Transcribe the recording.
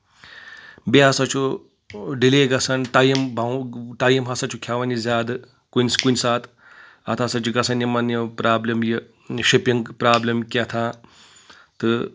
بیٚیہِ ہسا چھُ ڈِلے گژھان ٹایم ٹایم ہسا چھُ کھؠوان یہِ زیادٕ کُنہِ کُنہِ ساتہٕ اتھ ہسا چھُ گژھان یِمن یہِ پرابلِم یہِ شِپنٛگ پرابلم کیاہ تام تہٕ